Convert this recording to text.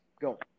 Go